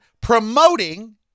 promoting